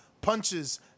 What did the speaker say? punches